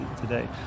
today